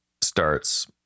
starts